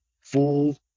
full